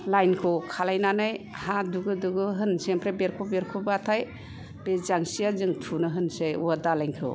लायनखौ खालायनानै दा दुबु दुबु होनसै ओमफ्राय बेरग' बेरगबाथाय बे जांसिया थुना होनसै औवा दालाइखौ